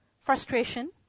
frustration